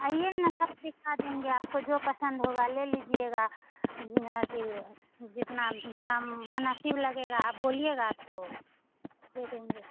आइए ना सब दिखा देंगे आपको जो पसन्द होगा ले लीजिएगा अथी जितना दाम मुनासिब लगेगा आप बोलिएगा तो दे देंगे